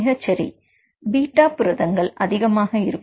மிகச் சரி பீட்டா புரதங்கள் அதிகமாக இருக்கும்